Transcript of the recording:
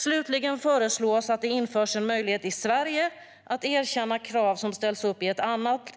Slutligen föreslås att det införs en möjlighet att i Sverige erkänna krav som ställs upp i ett annat